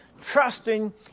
trusting